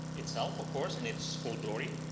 itself of course in its full glory.